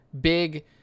big